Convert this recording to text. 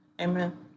Amen